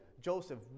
Joseph